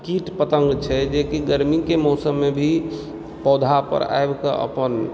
कीट पतंग छै जेकि गरमी के मौसममे भी पौधा पर आबिके अपन